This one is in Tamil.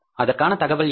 அதற்கான தகவல் என்ன